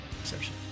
exception